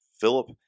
Philip